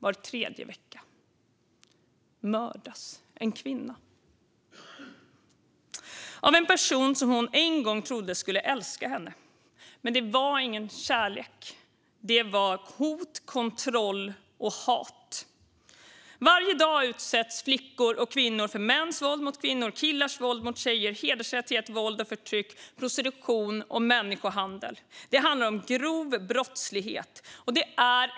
Var tredje vecka mördas en kvinna av en person som hon en gång trodde skulle älska henne. Men det var ingen kärlek; det var hot, kontroll och hat. Varje dag utsätts flickor och kvinnor för mäns våld mot kvinnor, killars våld mot tjejer, hedersrelaterat våld och förtryck, prostitution och människohandel. Det handlar om grov brottslighet.